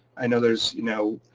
i know there's you know